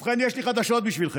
ובכן, יש לי חדשות בשבילכם,